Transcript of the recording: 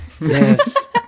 Yes